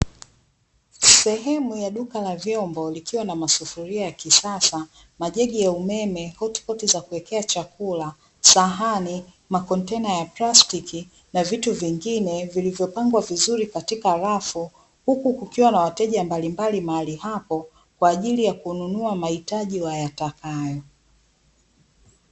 Sehemu ya duka la vyombo, likiwa na masufuria ya kisasa, majagi ya umeme, hoti poti za kuekea chakula, sahani, makontena ya plastiki, na vitu vingine vilivyopangwa vizuri katika rafu, huku kukiwa na wateja mbalimbali mahali hapo kwa ajili ya kununua mahitaji wayatakayo.